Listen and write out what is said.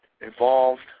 involved